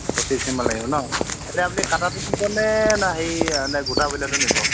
পঁচিছ কিলোমান লাগিব ন' এতিয়া আপুনি কটাটো নিবনে না হেৰি এনে গোটা ব্ৰইলাৰটো নিব